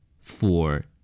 Four